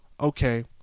okay